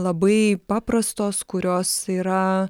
labai paprastos kurios yra